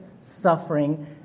suffering